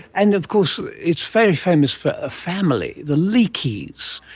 and of course it's very famous for a family, the leakeys,